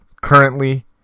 currently